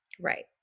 Right